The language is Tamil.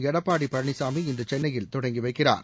எடப்பாடி பழனிசாமி இன்று சென்னையில் தொடங்கி வைக்கிறார்